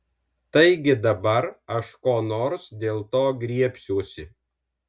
taigi dabar aš ko nors dėl to griebsiuosi